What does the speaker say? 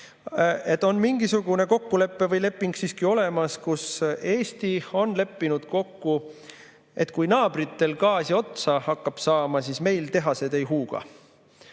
olemas mingisugune kokkulepe või leping, millega Eesti on leppinud kokku, et kui naabritel gaas otsa hakkab saama, siis meil tehased ei huuga.